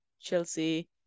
Chelsea